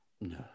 No